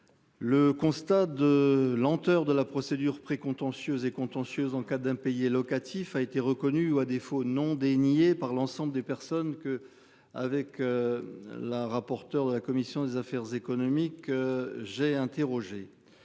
Le constat de lenteur de la procédure pré-contentieuses et contentieuses en cas d'impayés locatifs a été reconnus ou à défaut non. Par l'ensemble des personnes que avec. La rapporteur de la commission des affaires économiques. J'ai interrogé